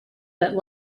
that